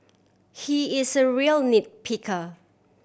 he is a real nit picker